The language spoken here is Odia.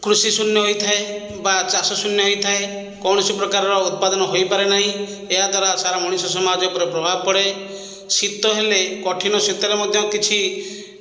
କୃଷି ଶୂନ୍ୟ ହୋଇଥାଏ ବା ଚାଷ ଶୂନ୍ୟ ହୋଇଥାଏ କୌଣସି ପ୍ରକାରର ଉତ୍ପାଦନ ହୋଇପାରେ ନାହିଁ ଏହାଦ୍ୱାରା ସାରା ମଣିଷ ସମାଜ ଉପରେ ପ୍ରଭାବ ପଡ଼େ ଶୀତ ହେଲେ କଠିନ ଶୀତରେ ମଧ୍ୟ କିଛି